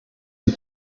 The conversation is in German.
die